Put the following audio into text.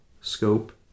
scope